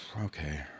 okay